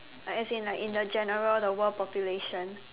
uh as in like in the general the world population